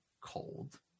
cold